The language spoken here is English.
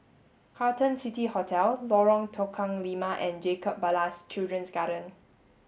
Carlton City Hotel Lorong Tukang Lima and Jacob Ballas Children's Garden